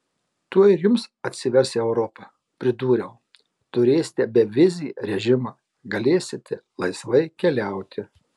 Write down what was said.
tuoj ir jums atsivers europa pridūriau turėsite bevizį režimą galėsite laisvai keliauti